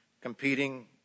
competing